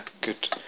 good